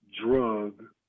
drug